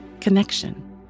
connection